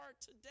today